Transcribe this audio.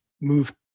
move